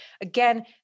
again